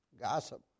gossip